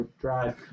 drive